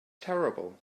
terrible